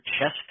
chest